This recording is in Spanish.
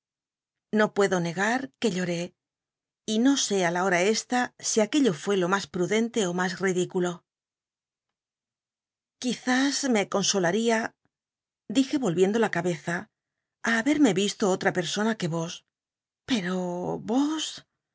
io puedo neg h que llocé y no é i la hora esta si aquello fué lo mas prudente ó mas ridículo quizüs me consohuia di je y olvicndo la cabeza á habcc me y isto otra pcc sona que y os pero os ah